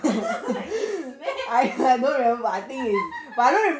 is meh